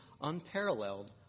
unparalleled